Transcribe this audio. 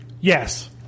Yes